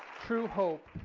true hope